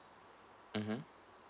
mmhmm